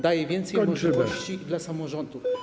daje więcej możliwości dla samorządów.